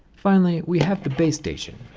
finally we have the base station.